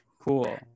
Cool